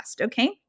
okay